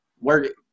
work